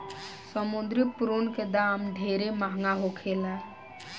समुंद्री प्रोन के दाम ढेरे महंगा होखेला